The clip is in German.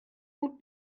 gut